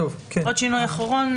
עוד שינוי אחרון